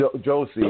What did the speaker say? Josie